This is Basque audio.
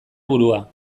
burua